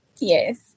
Yes